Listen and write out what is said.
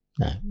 No